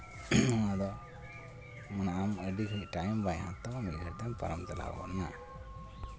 ᱱᱚᱣᱟᱫᱚ ᱟᱢ ᱟᱹᱰᱤ ᱜᱷᱟᱹᱲᱤᱡ ᱴᱟᱭᱤᱢ ᱵᱟᱭ ᱦᱟᱛ ᱛᱟᱢᱟ ᱢᱤᱫ ᱜᱷᱟᱹᱲᱤᱡ ᱛᱮᱢ ᱯᱟᱨᱚᱢ ᱪᱟᱞᱟᱣ ᱜᱚᱫ ᱱᱟ